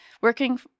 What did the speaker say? working